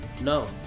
No